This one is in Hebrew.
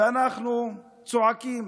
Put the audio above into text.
ואנחנו צועקים